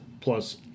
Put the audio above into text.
plus